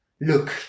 look